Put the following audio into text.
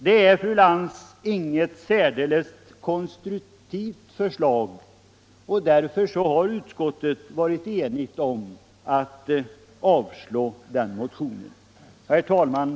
Det är inget särdeles konstruktivt förslag, och därför har utskottet varit enigt om att avstyrka motionen. Herr talman!